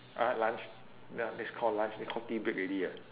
I had lunch ya that's called lunch they called tea break already ah